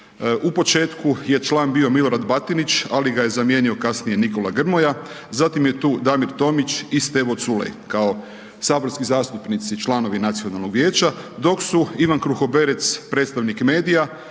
u početku je član bio Milorad Batinić ali ga je zamijenio kasnije Nikola Grmoja, zatim je tu Damir Tomić i Stevo Culej kao saborski zastupnici članovi Nacionalnog vijeća dok su Ivan Kruhoberec, predstavnik medija,